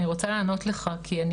אני רוצה לענות לך כי,